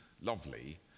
lovely